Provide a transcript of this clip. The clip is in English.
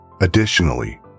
Additionally